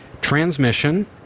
transmission